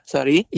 Sorry